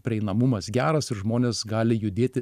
prieinamumas geras ir žmonės gali judėti